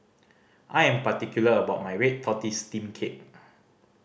I am particular about my red tortoise steamed cake